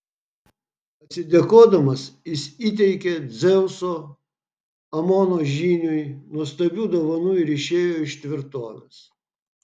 atsidėkodamas jis įteikė dzeuso amono žyniui nuostabių dovanų ir išėjo iš tvirtovės